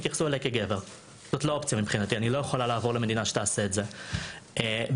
התפקיד שלנו לראות כל אישה באשר